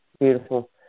Beautiful